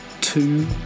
two